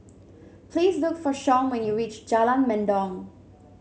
please look for Shawn when you reach Jalan Mendong